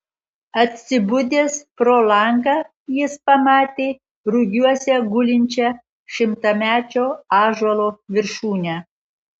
atsibudęs pro langą jis pamatė rugiuose gulinčią šimtamečio ąžuolo viršūnę